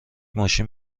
ماشین